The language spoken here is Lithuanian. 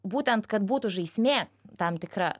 būtent kad būtų žaismė tam tikra